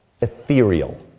ethereal